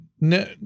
No